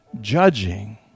judging